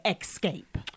escape